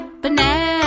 Banana